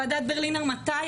מתי הדוח של ועדת ברלינר יצא?